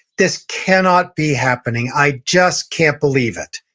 this cannot be happening. i just can't believe it.